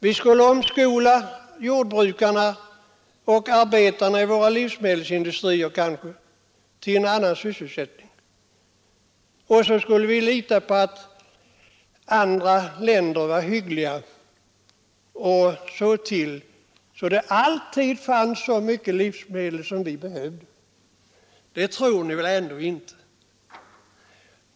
Vi skulle kanske omskola jordbrukarna och arbetarna i våra livsmedelsindustrier till en annan sysselsättning och sedan lita på att andra länder skulle vara hyggliga och se till att det alltid fanns så mycket livsmedel som vi behövde. Det tror ni väl ändå inte!